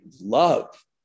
love